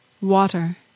Water